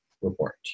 Report